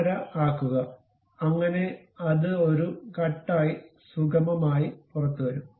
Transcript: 5 ആക്കുക അങ്ങനെ അത് ഒരു കട്ട് ആയി സുഗമമായി പുറത്തുവരും